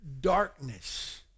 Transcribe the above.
darkness